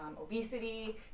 obesity